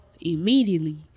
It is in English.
immediately